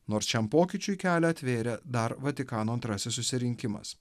nors šiam pokyčiui kelią atvėrė dar vatikano antrasis susirinkimas